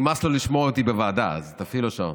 נמאס לו לשמוע אותי בוועדה, אז תפעיל לו שעון.